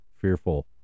Fearful